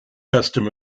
custom